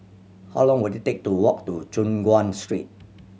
how long will it take to walk to Choon Guan Street